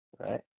right